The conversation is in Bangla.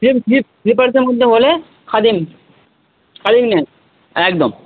প্লেন স্লিপ্স স্লিপারসের মধ্যে হলে খাদিমস খাদিম নেন একদম